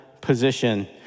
position